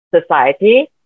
society